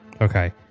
Okay